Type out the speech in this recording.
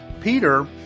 Peter